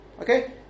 Okay